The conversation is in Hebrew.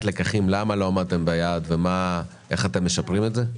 לקחים למה לא עמדתם ביעד ואיך אתם משפרים את זה?